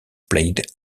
played